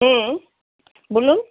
হুম বলুন